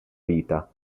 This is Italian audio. vita